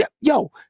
Yo